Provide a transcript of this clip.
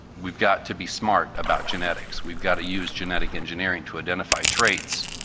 we've got to be smart about genetics. we've got to use genetic engineering to identify traits.